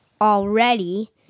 already